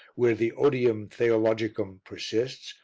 where the odium theologicum persists,